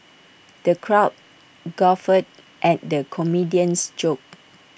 the crowd guffawed at the comedian's jokes